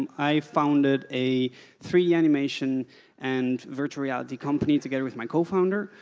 i founded a three d animation and virtual reality company together with my co-founder.